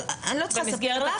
אני לא צריכה לספר לך,